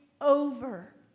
over